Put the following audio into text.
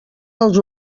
els